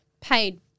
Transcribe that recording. paid